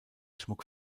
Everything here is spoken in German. schmuck